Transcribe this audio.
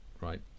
right